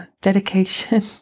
dedication